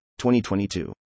2022